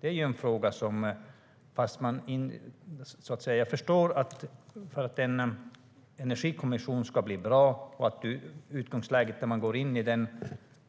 Jag förstår att för att resultatet av en energikommission ska bli så bra som möjligt måste utgångsläget när man går in i den